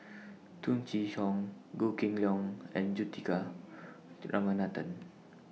Tung Chye Hong Goh Kheng Long and Juthika Ramanathan